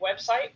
website